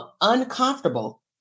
uncomfortable